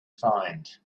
find